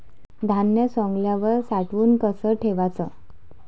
धान्य सवंगल्यावर साठवून कस ठेवाच?